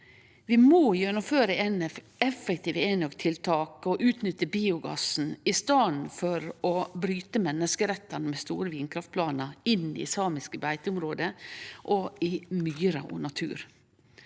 Vi må gjennomføre effektive enøktiltak og utnytte biogassen i staden for å bryte menneskerettane med store vindkraftplanar inn i samiske beiteområde og i myrar og natur.